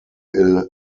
ill